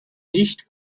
nicht